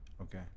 Okay